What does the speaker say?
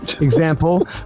Example